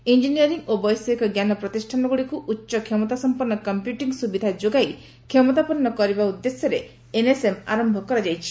ଇଞ୍ଜିନିୟର୍ଟି ଓ ବୈଷୟିକ ଜ୍ଞାନ ପ୍ରତିଷ୍ଠାନଗୁଡ଼ିକୁ ଉଚ୍ଚକ୍ଷମତାସଂପନ୍ନ କମ୍ପ୍ୟୁଟିଂ ସୁବିଧା ଯୋଗାଇ କ୍ଷମତାପନ୍ନ କରିବା ଉଦ୍ଦେଶ୍ୟରେ ଏନ୍ଏସ୍ଏମ୍ ଆରମ୍ଭ କରାଯାଇଛି